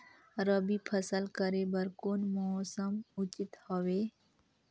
रबी फसल करे बर कोन मौसम उचित हवे?